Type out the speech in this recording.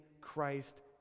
Christ